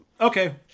Okay